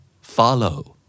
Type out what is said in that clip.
follow